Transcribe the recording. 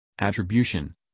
Attribution